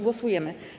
Głosujemy.